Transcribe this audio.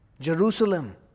Jerusalem